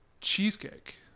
cheesecake